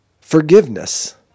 forgiveness